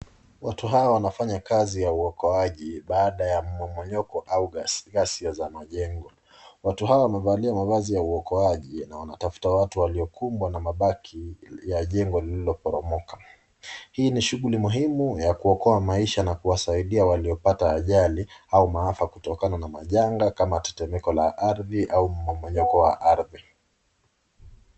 Watu hawa wanafanya kazi uokoaji baada ya mmomonyoko au gasigasi za majego. Watu hawa wamevalia mavazi ya uokoaji na wanatafuta watu waliokumbwa na mabaki ya jengo lililobomoka . Hii ni shughuli muhimu ya kuokoa maisha na kuwasaidi waliopata ajali au maafa yaliotokana na majanga kama teteko la ardhi au mmomonyoko wa ardhi.